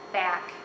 back